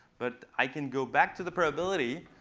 but i can go back to the probability,